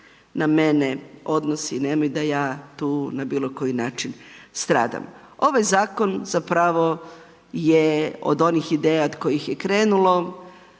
na mene odnosi, nemoj da ja tu na bilo koji način stradam. Ovaj zakon zapravo je od onih ideja od kojih je krenulo.